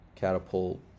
Catapult